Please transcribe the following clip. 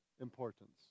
importance